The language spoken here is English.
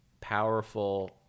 powerful